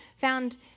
found